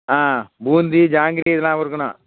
ஆ பூந்தி ஜாங்கிரி இதெல்லாவும் இருக்கணும்